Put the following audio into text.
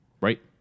Right